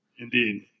Indeed